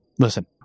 Listen